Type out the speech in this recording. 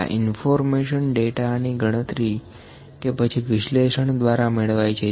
આ information data ની ગણતરી કે પછી વિશ્લેષણ દ્વારા મેળવાય છે